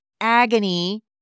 agony